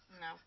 No